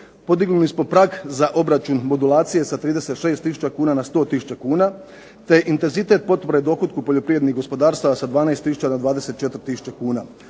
podignuli smo prag za obračun bodulacije sa 36 tisuća kuna na 100 tisuća kuna, te intenzitet potpore dohotku poljoprivrednih gospodarstava sa 12 tisuća na 24 tisuće kuna.